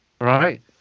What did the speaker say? Right